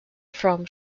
from